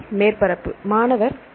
மேற்பரப்பு மாணவர் மற்றும்